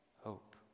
hope